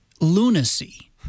lunacy